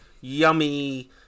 yummy